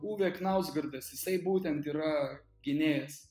uvė knausgordas jisai būtent yra gynėjas